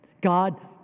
God